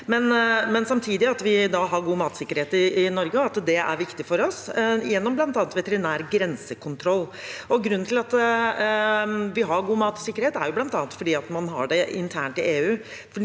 men samtidig at vi har god matsikkerhet i Norge, og at det er viktig for oss, gjennom bl.a. veterinær grensekontroll. Grunnen til at vi har god matsikkerhet, er jo bl.a. at man har det internt i EU,